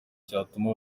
cyatuma